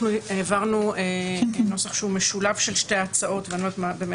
זה אפילו כתוב בחוק-היסוד שזה לא הוריד את המעמד.